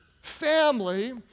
family